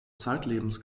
zeitlebens